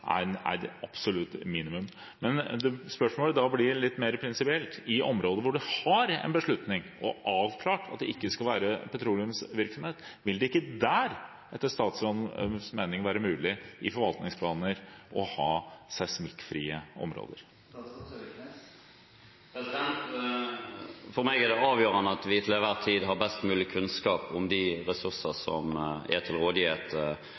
et absolutt minimum. Spørsmålet mitt blir litt mer prinsipielt: I områder hvor man har en beslutning, og det er avklart at det ikke skal være petroleumsvirksomhet, vil det ikke der, etter statsrådens mening, være mulig i forvaltningsplanene å ha seismikkfrie områder? For meg er det avgjørende at vi til enhver tid har best mulig kunnskap om de ressurser som er til rådighet